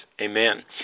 Amen